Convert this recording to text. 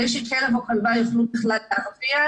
כדי שכלב או כלבה יוכלו בכלל להרביע,